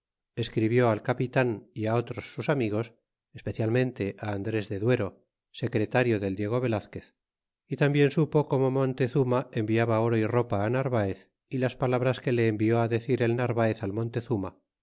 escribió al capitan otros sus amigos especialmente andres de duero secretario del diego velazquez y tambien supo como montezuma enviaba oro y ropa al narvaez y las palabras que le envió decir el narvaez al montezuma